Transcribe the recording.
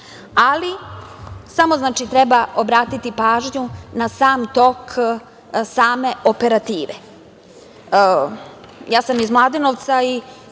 ali samo treba obratiti pažnju na tok same operative. Ja sam iz Mladenovca i